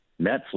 Netflix